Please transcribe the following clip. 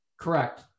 Correct